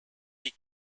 die